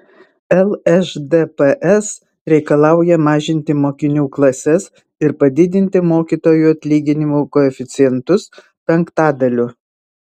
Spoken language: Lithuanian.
lšdps reikalauja mažinti mokinių klases ir padidinti mokytojų atlyginimų koeficientus penktadaliu